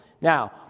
Now